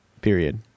Period